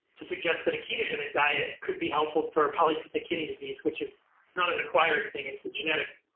to suggest that a ketogenic diet could be helpful for polycystic kidney disease, which is not an acquired thing. it's a genetic